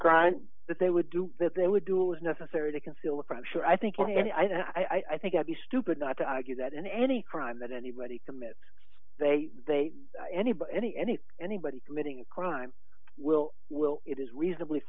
crime that they would do that they would do if necessary to conceal the pressure i think i think i'd be stupid not to argue that in any crime that anybody commits they anybody any any anybody committing crime will will it is reasonably